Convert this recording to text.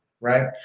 right